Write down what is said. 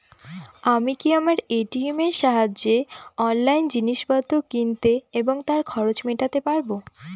আমি কি আমার এ.টি.এম এর সাহায্যে অনলাইন জিনিসপত্র কিনতে এবং তার খরচ মেটাতে পারব?